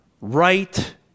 right